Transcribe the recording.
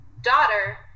daughter